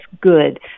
good